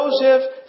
Joseph